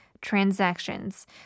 transactions